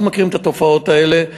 אנחנו מכירים את התופעות האלה,